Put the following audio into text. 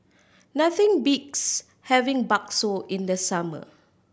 nothing beats having bakso in the summer